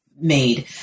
made